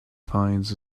finds